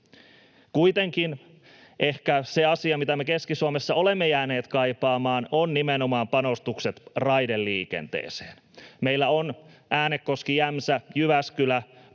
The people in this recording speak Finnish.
Kuitenkin ehkä se asia, mitä me Keski-Suomessa olemme jääneet kaipaamaan, on nimenomaan panostukset raideliikenteeseen. Meillä ovat Äänekoski, Jämsä ja Jyväskylä